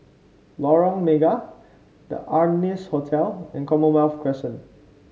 Lorong Mega The Ardennes Hotel and Commonwealth Crescent